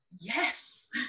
yes